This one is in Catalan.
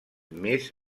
més